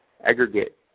aggregate